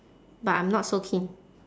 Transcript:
but I'm not so keen